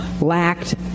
lacked